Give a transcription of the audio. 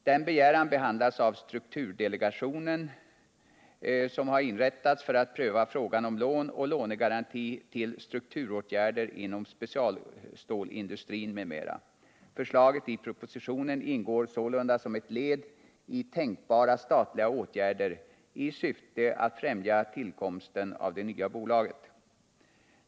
Denna begäran behandlas av strukturdelegationen, som har inrättats för att pröva frågan om lån och lånegaranti när 99 det gäller strukturåtgärder inom specialstålsindustrin m.m. Förslaget i propositionen ingår sålunda som ett led i tänkbara statliga åtgärder i syfte att främja tillkomsten av det nya bolaget.